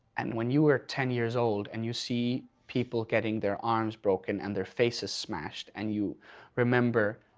and when you were ten years old and you see people getting their arms broken and their faces smashed and you remember.